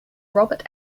robert